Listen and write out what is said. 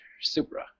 Supra